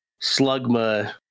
Slugma